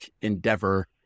endeavor